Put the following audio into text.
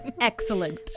Excellent